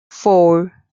four